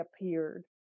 appeared